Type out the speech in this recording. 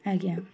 ଆଜ୍ଞା